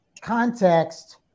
context